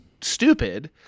stupid